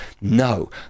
no